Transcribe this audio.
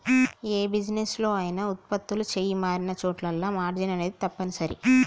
యే బిజినెస్ లో అయినా వుత్పత్తులు చెయ్యి మారినచోటల్లా మార్జిన్ అనేది తప్పనిసరి